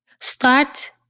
Start